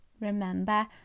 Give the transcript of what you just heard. remember